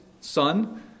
son